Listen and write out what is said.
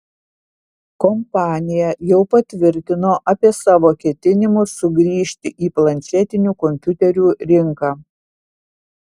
kompanija jau patvirtino apie savo ketinimus sugrįžti į planšetinių kompiuterių rinką